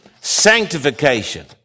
Sanctification